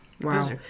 Wow